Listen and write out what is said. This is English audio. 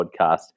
podcast